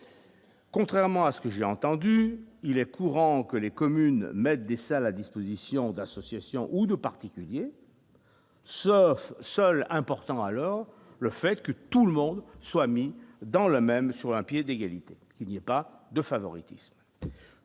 Contrairement à ce que j'ai entendu il est courant que les communes mettent des salles à disposition d'associations ou de particuliers, sauf seul important alors le fait que tout le monde soit mis dans le même sur un pied d'égalité, qu'il n'y a pas de favoritisme,